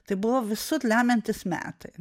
tai buvo visur lemiantys metai